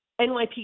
NYPD